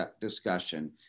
discussion